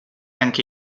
anche